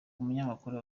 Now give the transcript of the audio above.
umunyamakuru